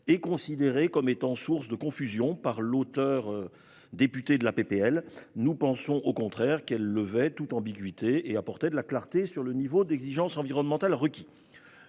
est considérée comme étant source de confusion par le député auteur de la proposition de loi. Nous pensons au contraire qu'elle levait toute ambiguïté et apportait de la clarté sur le niveau d'exigence environnementale requis.